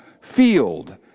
field